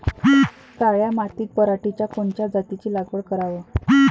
काळ्या मातीत पराटीच्या कोनच्या जातीची लागवड कराव?